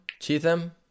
Cheatham